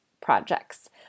projects